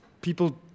people